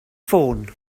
ffôn